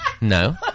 No